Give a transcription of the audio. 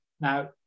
Now